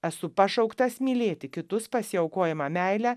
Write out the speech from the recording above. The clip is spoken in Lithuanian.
esu pašauktas mylėti kitus pasiaukojama meile